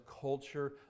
culture